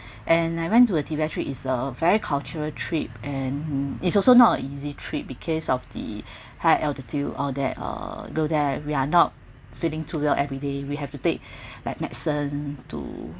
and I went to a tibet trip is a very cultural trip and it's also not easy trip because of the high altitude all that uh go there we're not feeling too well everyday we have to take like medicine to